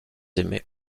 aimé